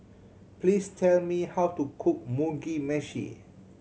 please tell me how to cook Mugi Meshi